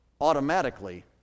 automatically